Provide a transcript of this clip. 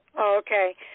Okay